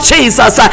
Jesus